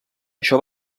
això